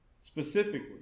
Specifically